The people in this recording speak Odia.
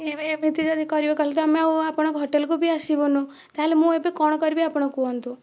ଏମିତି ଯଦି କରିବେ କହିଲେ ତ ଆମେ ତ ଆଉ ଆପଣଙ୍କ ହୋଟେଲକୁ ବି ଆସିବୁନାହିଁ ତା'ହେଲେ ମୁଁ ଏବେ କ'ଣ କରିବି ଆପଣ କୁହନ୍ତୁ